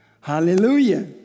Hallelujah